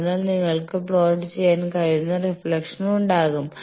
അതിനാൽ നിങ്ങൾക്ക് പ്ലോട്ട് ചെയ്യാൻ കഴിയുന്ന റിഫ്ലക്ഷൻ ഉണ്ടാകും